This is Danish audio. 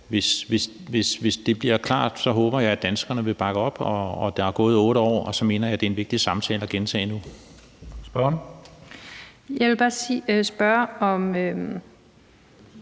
hvis det bliver klart, så håber jeg, danskerne vil bakke op. Der er gået 8 år, og jeg mener, at det er en vigtig samtale at genoptage endnu. Kl. 19:55 Tredje